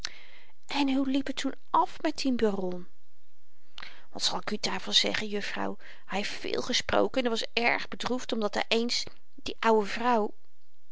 en hoe liep het toen af met dien baron wat zal ik u daarvan zeggen juffrouw hy heeft veel gesproken en was erg bedroefd omdat hy eens die oude vrouw